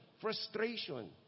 frustration